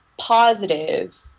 positive